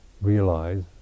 realize